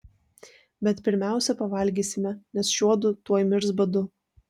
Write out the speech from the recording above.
bet pirmiausia pavalgysime nes šiuodu tuoj mirs badu